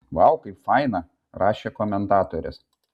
vau kaip faina rašė komentatorės